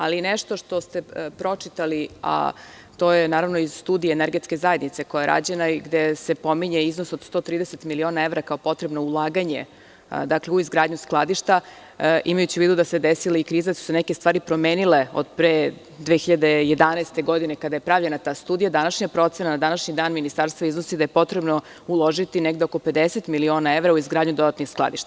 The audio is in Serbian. Ali, nešto što ste pročitali, a to je iz Studije energetske zajednice koja je rađena i gde se pominje iznos od 130 miliona evra kao potrebno ulaganje u izgradnju skladišta, imajući u vidu da se desila kriza, da su se neke stvari promenile od pre 2011. godine kada je pravljena ta studija, današnja procena na današnji dan Ministarstva iznosi da je potrebno uložiti negde oko 50 miliona evra u izgradnju dodatnih skladišta.